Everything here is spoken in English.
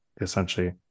essentially